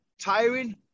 tiring